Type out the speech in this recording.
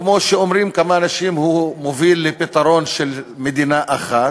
כמו שאומרים כמה אנשים, מוביל לפתרון של מדינה אחת,